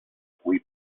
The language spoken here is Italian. cui